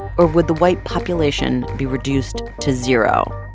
or would the white population be reduced to zero?